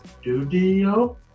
studio